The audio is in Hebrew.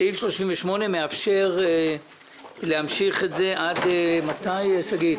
סעיף 38 מאפשר להמשיך אותו - עד מתי, שגית?